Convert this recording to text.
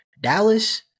Dallas